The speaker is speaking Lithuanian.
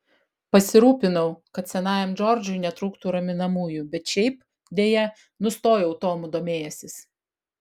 pasirūpinau kad senajam džordžui netrūktų raminamųjų bet šiaip deja nustojau tomu domėjęsis